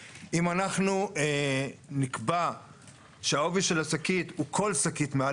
זה דבר שעלול גם בסופו של דבר להביא לפגיעה בצרכן בזכות